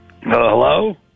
Hello